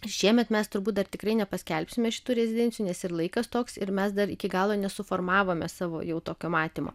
šiemet mes turbūt dar tikrai nepaskelbsime šitų rezidencijų nes ir laikas toks ir mes dar iki galo nesuformavome savo jau tokio matymo